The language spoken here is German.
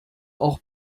auch